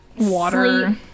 water